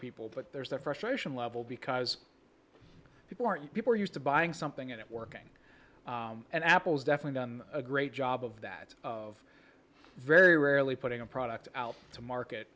people but there's that frustration level because people aren't people are used to buying something and it working and apple's definite done a great job of that of very rarely putting a product out to market